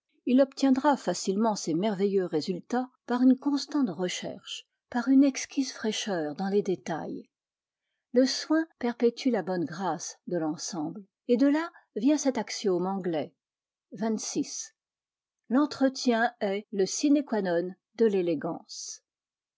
il obtiendra facilement ces merveilleux résultats par une constante recherche par une exquise fraîcheuf dans les détails le soin perpétue la bonne grâce de l'ensemble et de là vient cet axiome anglais xxvi l'entretien est le sine quâ non de l'élégance